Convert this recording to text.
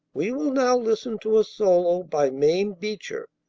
we will now listen to a solo by mame beecher,